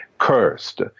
cursed